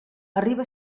arriba